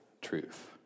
truth